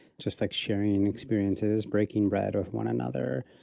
just like sharing experiences breaking bread with one another,